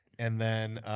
and then,